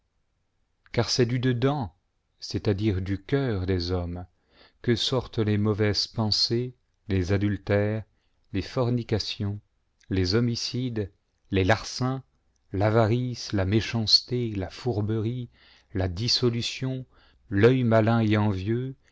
car c'est du dedans c est à dire y du cœur des hommes que sortent les mauvaises pensées les adultères les fornications les homicides les larcins l'avarice les méchancetés la fourberie la dissolution l'œil malin et envieuxy